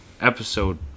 episode